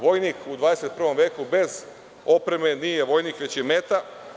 Vojnik u 21. veku bez opreme nije vojnik, već je meta.